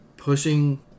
Pushing